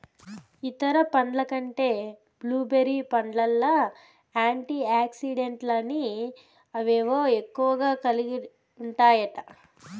ఇతర పండ్ల కంటే బ్లూ బెర్రీ పండ్లల్ల యాంటీ ఆక్సిడెంట్లని అవేవో ఎక్కువగా ఉంటాయట